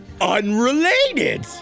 Unrelated